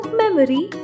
memory